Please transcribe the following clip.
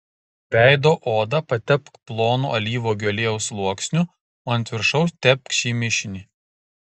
veido odą patepk plonu alyvuogių aliejaus sluoksniu o ant viršaus tepk šį mišinį